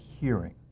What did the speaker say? hearing